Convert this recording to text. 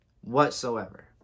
whatsoever